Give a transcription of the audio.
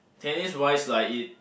tennis wise like it